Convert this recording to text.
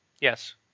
Yes